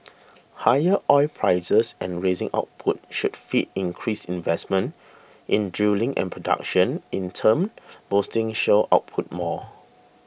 higher oil prices and raising output should feed increased investment in drilling and production in turn boosting shale output more